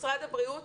משרד הבריאות,